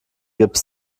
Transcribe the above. gips